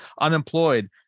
unemployed